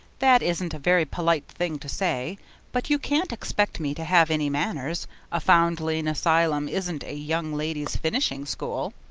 that isn't a very polite thing to say but you can't expect me to have any manners a foundling asylum isn't a young ladies' finishing school.